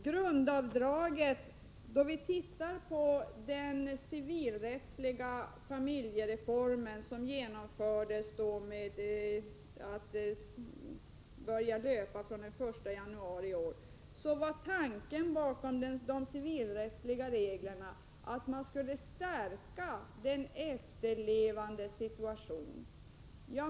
utan att att det utgår gåvoskatt. Tanken bakom den civilrättsliga familjereform som trädde i kraft den 1 januari i år var att man skulle stärka den efterlevandes situation.